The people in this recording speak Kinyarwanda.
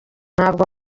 ntabwo